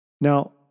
Now